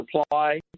supply